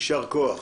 יישר כוח.